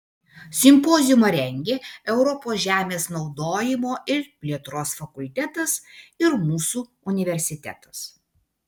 simpoziumą rengė europos žemės naudojimo ir plėtros fakultetas ir mūsų universitetas